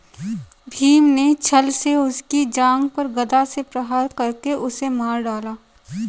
भीम ने छ्ल से उसकी जांघ पर गदा से प्रहार करके उसे मार डाला